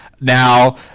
now